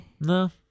no